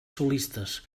solistes